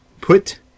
Put